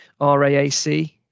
RAAC